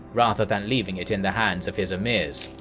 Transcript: rather than leaving it in the hands of his amirs.